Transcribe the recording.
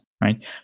right